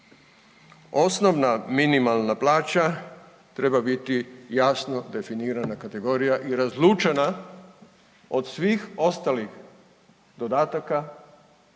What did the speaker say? osnovna minimalna plaća treba biti jasno definirana kategorija i razlučena od svih ostalih dodataka koje